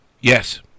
yes